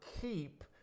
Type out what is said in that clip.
keep